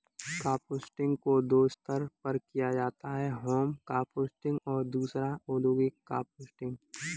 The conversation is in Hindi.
कंपोस्टिंग को दो स्तर पर किया जाता है होम कंपोस्टिंग और दूसरा औद्योगिक कंपोस्टिंग